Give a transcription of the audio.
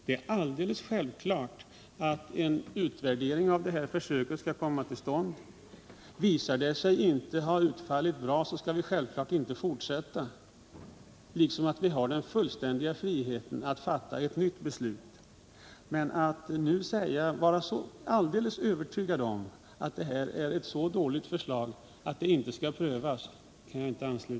Det är alldeles självklart att en utvärdering av försöket skall komma till stånd. Visar det sig inte ha utfallit bra skall vi självfallet inte fortsätta liksom vi har den fullständiga friheten att fatta ett nytt beslut. Men jag kan inte ansluta mig till dem som är alldeles övertygade om att det här är ett så dåligt förslag att det inte skall prövas.